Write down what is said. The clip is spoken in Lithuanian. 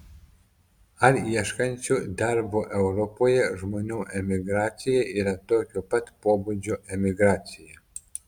ar ieškančių darbo europoje žmonių emigracija yra tokio pat pobūdžio emigracija